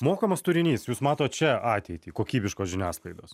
mokamas turinys jūs matot čia ateitį kokybiškos žiniasklaidos